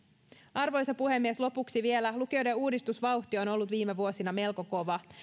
arvoisa puhemies lopuksi vielä lukioiden uudistusvauhti on ollut viime vuosina melko kova